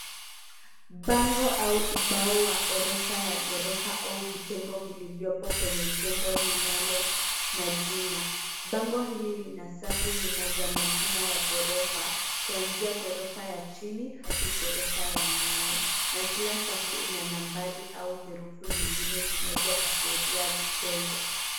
Bango au ubao wa orofa ya ghorofa au vitengo vilivyopo kwenye jengo linalo na jina. Bango hili lina safu wima za majina ya ghorofa, kuanzia ghorofa ya chini hadi ghorofa ya nane. Na kila safu ina nabari au herufi nyingine zinazoashiria vitengo.